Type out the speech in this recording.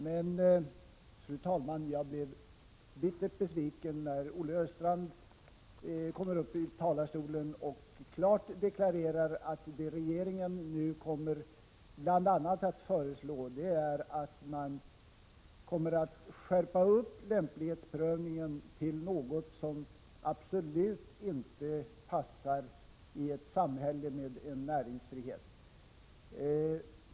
Men, fru talman, jag blev bittert besviken när Olle Östrand i talarstolen klart deklarerade att det regeringen nu kommer att föreslå bl.a. innebär en skärpning av lämplighetsprövningen till något som absolut inte passar i ett samhälle med näringsfrihet.